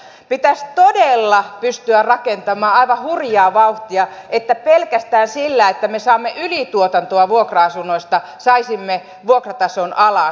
pitäisi todella pystyä rakentamaan aivan hurjaa vauhtia että pelkästään sillä että me saamme ylituotantoa vuokra asunnoista saisimme vuokratason alas